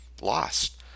lost